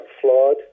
flawed